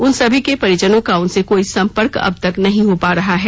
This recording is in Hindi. उन सभी के परिजनों का उनसे कोई संपर्क अब तक नहीं हो पा रहा है